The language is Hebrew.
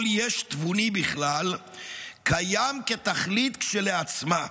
יש תבוני בכלל קיים כתכלית כשלעצמה.